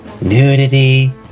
nudity